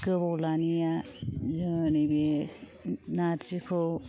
गोबाव लानाया जोङो नैबे नार्जिखौ